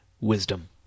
wisdom